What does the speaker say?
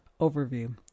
Overview